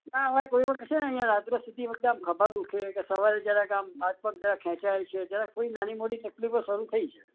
હા હા કોઈ વખતે ને અહીં રાત્રે સૂતી વખતે આમ ખભા દુખે કે સવારે જરાક આમ હાથ પગ જરાક ખેંચાય કે જરા કોઈ નાની મોટી તકલીફો શરૂ થઈ છે